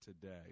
today